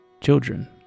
Children